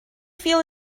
feel